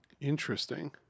Interesting